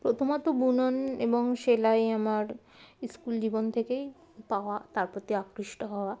প্রথমত বুনন এবং সেলাই আমার স্কুল জীবন থেকেই পাওয়া তার প্রতি আকৃষ্ট হওয়া